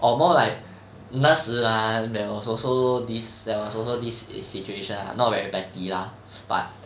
or more like 那时 ah there was also this sell there was also this situation ah not very petty lah but